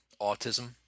autism